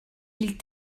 ils